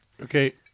Okay